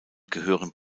gehören